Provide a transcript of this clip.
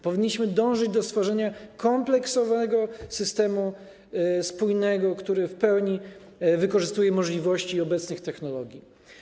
Powinniśmy dążyć do stworzenia systemu kompleksowego, spójnego, który w pełni wykorzystuje możliwości obecnych technologii.